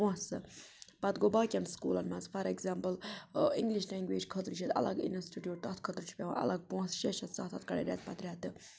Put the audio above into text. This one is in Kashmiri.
پۄنٛسہٕ پَتہٕ گوٚو باقیَن سکوٗلَن مَنٛز فار اٮ۪گزامپٕل اِنٛگلِش لینٛگویج خٲطرٕ چھِ ییٚتہِ الگ اِنَسٹِٹیوٗٹ تَتھ خٲطرٕ چھُ پٮ۪وان الگ پۄنٛسہٕ شٚے شےٚ سَتھ ہَتھ کَڑٕنۍ رٮ۪تہٕ پَتہٕ رٮ۪تہٕ